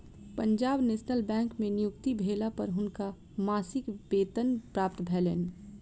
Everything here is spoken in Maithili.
पंजाब नेशनल बैंक में नियुक्ति भेला पर हुनका मासिक वेतन प्राप्त भेलैन